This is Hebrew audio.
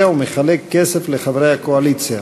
ומחלק כסף לחברי הקואליציה.